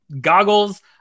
goggles